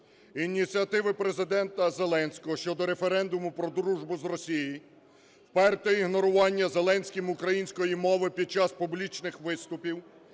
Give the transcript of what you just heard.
Ініціативи Президента Зеленського щодо референдуму про дружбу з Росією, вперте ігнорування Зеленським української мови під час публічних виступів,